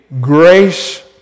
grace